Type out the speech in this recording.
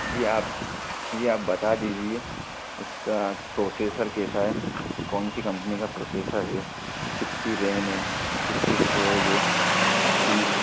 जी आप जी आप बता दीजिए इसका प्रोसेसर कैसा है कौन सी कंपनी का प्रोसेसर है कितनी रेम है कितनी स्टोरेज है